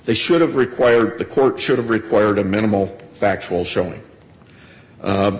they should have required the court should have required a minimal factual showing